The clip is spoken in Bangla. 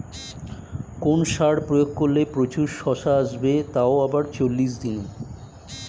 কোন সার প্রয়োগ করলে প্রচুর শশা আসবে তাও আবার চল্লিশ দিনে?